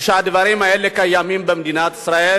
שהדברים האלה קיימים במדינת ישראל.